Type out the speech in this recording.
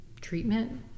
treatment